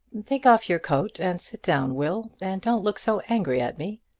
take off your coat and sit down, will, and don't look so angry at me.